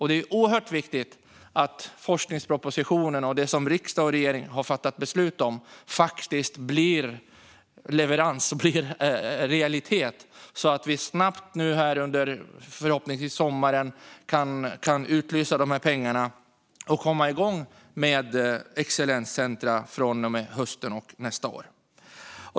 Det är oerhört viktigt att forskningspropositionen och det som riksdag och regering har fattat beslut om levereras och blir en faktisk realitet så att vi snabbt, förhoppningsvis nu under sommaren, kan utlysa de här pengarna och komma igång med excellenscentrum från och med hösten och nästa år.